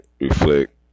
reflect